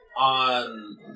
on